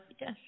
Yes